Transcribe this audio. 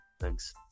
Thanks